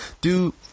Dude